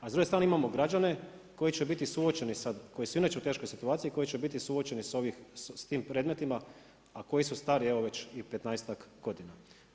A s druge strane imamo građane koji će biti suočeni sa, koji su inače u teškoj situaciji i koji će biti suočeni sa tim predmetima a koji su stari evo već i 15-ak godina.